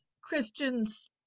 Christians